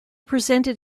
presented